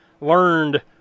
learned